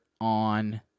on